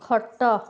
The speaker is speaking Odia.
ଖଟ